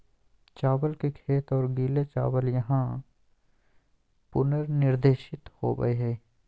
चावल के खेत और गीले चावल यहां पुनर्निर्देशित होबैय हइ